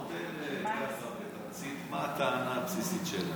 מה בתמצית הטענה הבסיסית שלה?